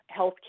healthcare